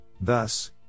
thus